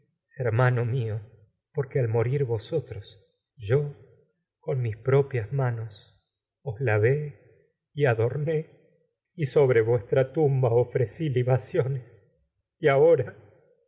hermano porque al morir vosotros yo con os propias ma ofrecí nos lavé y y adorné y sobre vuestra tumba libaciones ahora